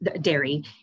dairy